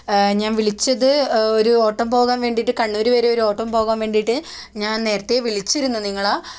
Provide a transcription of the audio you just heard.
ഞാൻ വിളിച്ചത് ഒരു ഓട്ടം പോകാൻ വേണ്ടിട്ട് കണ്ണൂർ വരെ ഓട്ടം പോകാൻ വേണ്ടിട്ട് ഞാൻ നേരത്തെ വിളിച്ചിരുന്നു നിങ്ങളെ